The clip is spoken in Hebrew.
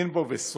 אין בו בשורה,